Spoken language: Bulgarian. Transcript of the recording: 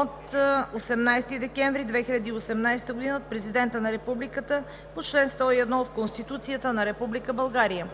от 18 декември 2018 г. на Президента на Републиката по чл. 101 от Конституцията на Република България.